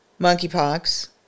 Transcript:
monkeypox